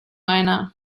einer